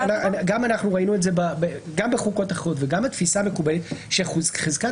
ראינו את זה בחוקות אחרות וגם בתפיסה המקובלת היא שחזקת